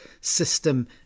system